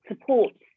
supports